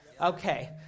Okay